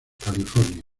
california